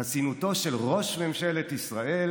חסינותו של ראש ממשלת ישראל